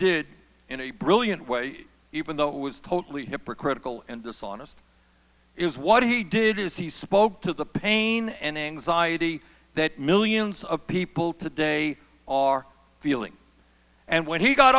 did in a brilliant way even though it was totally hypocritical and dishonest is what he did is he spoke to the pain and anxiety that millions of people today are feeling and when he got